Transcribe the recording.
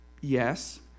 Yes